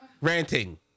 Ranting